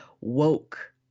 woke